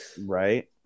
Right